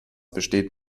besteht